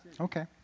Okay